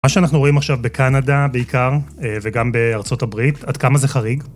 מה שאנחנו רואים עכשיו בקנדה בעיקר, וגם בארצות הברית, עד כמה זה חריג?